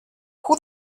who